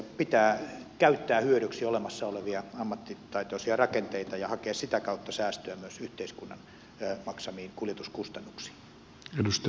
pitää käyttää hyödyksi olemassa olevia ammattitaitoisia rakenteita ja hakea sitä kautta säästöä myös yhteiskunnan maksamiin kuljetuskustannuksiin